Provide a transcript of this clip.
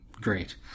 great